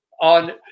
on